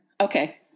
Okay